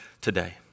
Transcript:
today